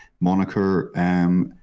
moniker